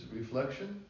reflection